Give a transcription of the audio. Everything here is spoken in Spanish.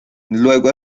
luego